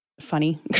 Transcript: Funny